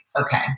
okay